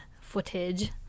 footage